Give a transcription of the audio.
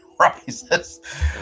rises